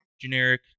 Generic